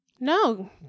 No